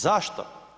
Zašto?